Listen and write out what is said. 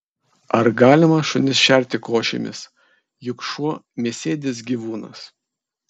ar galima šunis šerti košėmis juk šuo mėsėdis gyvūnas